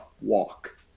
walk